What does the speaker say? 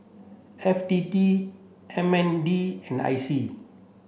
F T T M N D and I C